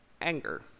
anger